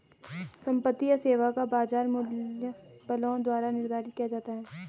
संपत्ति या सेवा का बाजार मूल्य बलों द्वारा निर्धारित किया जाता है